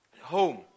home